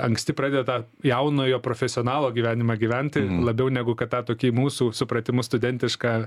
anksti pradeda jaunojo profesionalo gyvenimą gyventi labiau negu kad tą tokį mūsų supratimu studentišką